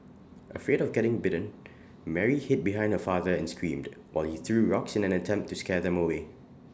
afraid of getting bitten Mary hid behind her father and screamed while he threw rocks in an attempt to scare them away